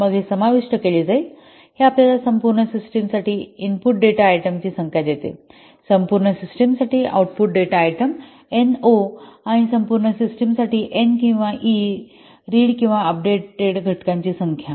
मग हे समाविष्ट केले जाईल हे आपल्याला संपूर्ण सिस्टमसाठी इनपुट डेटा आयटमची संख्या देते संपूर्ण सिस्टमसाठी output data item N O आणि संपूर्ण सिस्टमसाठी एन किंवा ई रीड किंवा अपडेटेड घटकांची संख्या